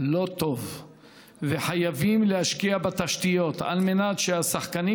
לא טוב וחייבים להשקיע בתשתיות על מנת שהשחקנים